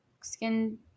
skin